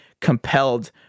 compelled